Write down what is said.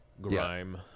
Grime